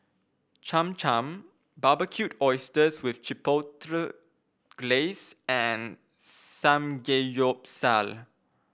Cham Cham Barbecued Oysters with Chipotle Glaze and Samgeyopsal